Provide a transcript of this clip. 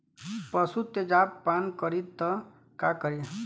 पशु तेजाब पान करी त का करी?